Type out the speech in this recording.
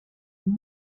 amb